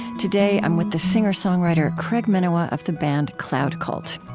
today, i'm with the singer-songwriter craig minowa of the band cloud cult.